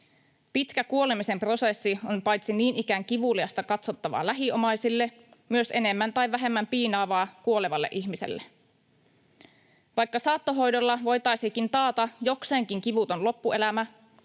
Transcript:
Pitkä kuolemisen prosessi on paitsi niin ikään kivuliasta katsottavaa lähiomaisille myös enemmän tai vähemmän piinaavaa kuolevalle ihmiselle. Vaikka saattohoidolla voitaisiinkin taata jokseenkin kivuton loppuelämä,